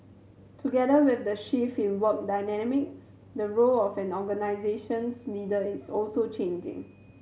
together with the shift in work dynamics the role of an organisation's leader is also changing